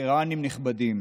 וטרנים נכבדים,